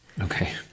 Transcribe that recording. Okay